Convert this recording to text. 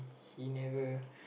he never